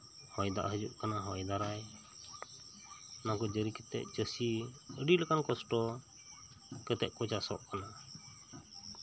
ᱦᱚᱭ ᱫᱟᱜ ᱦᱤᱡᱩᱜ ᱠᱟᱱᱟ ᱦᱚᱭ ᱫᱟᱨᱟᱭ ᱚᱱᱟ ᱠᱚ ᱡᱟᱹᱨᱤ ᱠᱟᱛᱮᱫ ᱪᱟᱹᱥᱤ ᱟᱹᱰᱤ ᱞᱮᱠᱟᱱ ᱠᱚᱥᱴᱚ ᱠᱟᱛᱮᱫ ᱠᱚ ᱪᱟᱥᱚᱜ ᱠᱟᱱᱟ